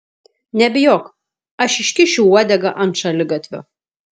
nebijok aš iškišiu uodegą ant šaligatvio